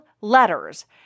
letters